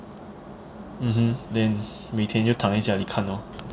mmhmm then 每天就躺一下就看 lor